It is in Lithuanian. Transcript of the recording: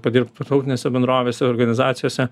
padirbt tarptautinėse bendrovėse organizacijose